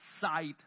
sight